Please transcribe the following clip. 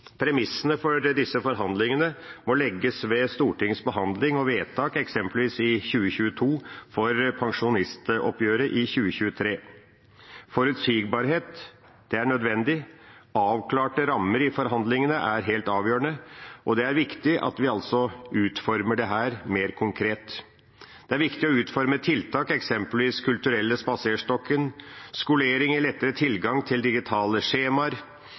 Premissene for disse forhandlingene må legges ved Stortingets behandling og vedtak, eksempelvis i 2022 for pensjonistoppgjøret for 2023. Forutsigbarhet er nødvendig. Avklarte rammer i forhandlingene er helt avgjørende, og det er viktig at vi utformer dette mer konkret. Det er viktig å utforme tiltak, eksempelvis Den kulturelle spaserstokken, skolering i lettere tilgang til digitale skjemaer,